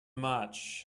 march